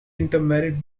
intermarried